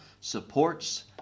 supports